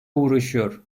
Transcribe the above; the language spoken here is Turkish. uğraşıyor